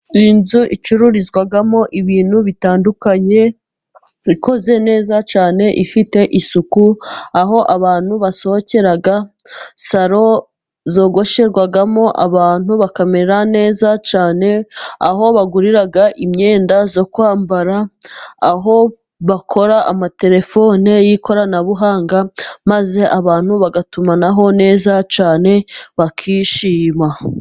Iyi nzu icururizwamo ibintu bitandukanye, ikoze neza cyane, ifite isuku, aho abantu basohokera, saro zogosherwamo abantu bakamera neza cyane, aho bagurira imyenda yo kwambara, aho bakora amaterefone y'ikoranabuhanga, maze abantu bagatumanaho neza cyane bakishima.